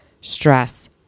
stress